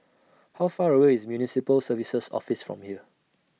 How Far away IS Municipal Services Office from here